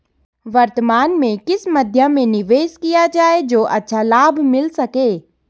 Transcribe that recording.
वर्तमान में किस मध्य में निवेश किया जाए जो अच्छा लाभ मिल सके?